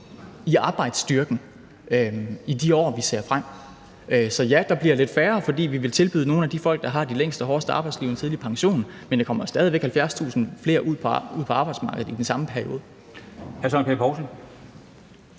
i arbejdsstyrken i de år, vi ser frem mod. Så ja, der bliver lidt færre, fordi vi vil tilbyde nogle af de folk, der har de længste og hårdeste arbejdsliv, en tidlig pension, men der kommer stadig væk 70.000 ud på arbejdsmarkedet i den samme periode.